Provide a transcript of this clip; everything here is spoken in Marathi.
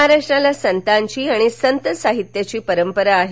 महाराष्ट्राला संतांची आणि संत साहित्याची परंपरा आहे